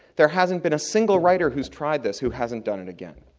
there hasn't been a single writer who's tried this who hasn't done it again.